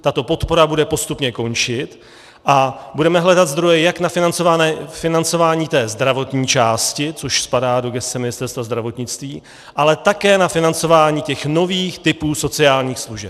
Tato podpora bude postupně končit a budeme hledat zdroje jak na financování té zdravotní části, což spadá do gesce Ministerstva zdravotnictví, tak na financování těch nových typů sociálních služeb.